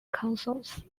councils